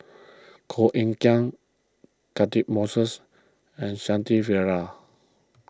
Koh Eng Kian Catchick Moses and Shanti Pereira